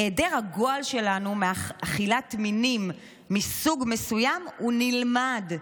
היעדר הגועל שלנו מאכילת מינים מסוג מסוים הוא נלמד.